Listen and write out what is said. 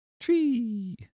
Tree